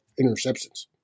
interceptions